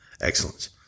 excellence